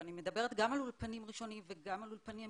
ואני מדברת גם על אולפנים ראשונים וגם על אולפני המשך,